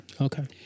Okay